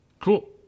Cool